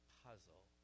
puzzle